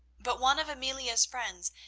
but one of amelia's friends,